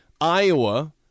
Iowa